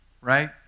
right